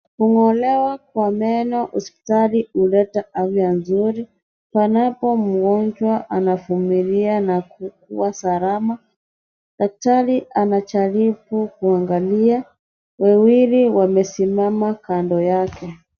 Kung'olewa kwa meno hospitali huleta afya mzuri. Panapo mgonjwa anavumilia na kukuwa salama. Daktari anajaribu kuangalia, wawili wamesimama kando yake.